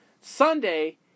Sunday